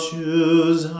choose